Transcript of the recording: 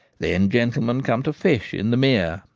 then gentlemen come to fish in the mere,